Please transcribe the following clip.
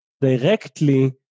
directly